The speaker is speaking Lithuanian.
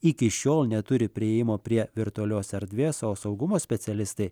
iki šiol neturi priėjimo prie virtualios erdvės o saugumo specialistai